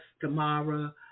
tomorrow